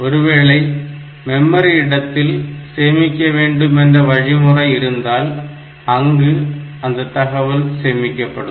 ஒருவேளை மெமரி இடத்தில் சேமிக்க வேண்டும் என வழிமுறை இருந்தால் அங்கு அந்த தகவல் சேமிக்கப்படும்